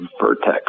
Vertex